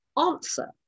answer